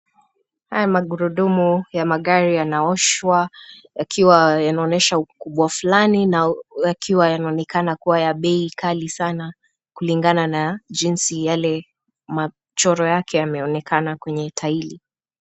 Haya magurudumu ya magari yanaoshwa yakiwa yanaonyesha ukubwa fulani na yakiwa yanaonekana kua ya bei sana kulingana jinsi yale machoro yake yanaonekana kwenye taili.